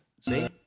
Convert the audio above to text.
see